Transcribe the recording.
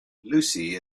lucy